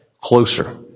closer